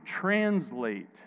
translate